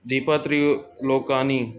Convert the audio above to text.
Deepa Triyolokani